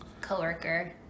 co-worker